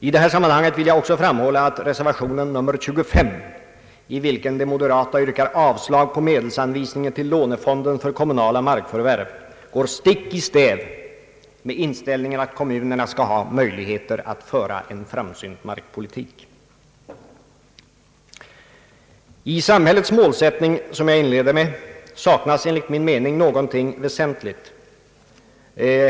I detta sammanhang nödgas jag också framhålla att reservationen nr 25, i vilken moderata samlingspartiet yrkar avslag på medelsanvisningen till Lånefonden för kommunala markförvärv, går stick i stäv med inställningen att kommunen skall ha möjlighet att föra en framsynt markpolitik. I samhällets målsättning, som jag inledde med, saknas enligt min mening någonting väsentligt.